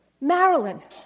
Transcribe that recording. Maryland